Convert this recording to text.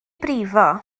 brifo